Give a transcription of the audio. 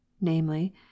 namely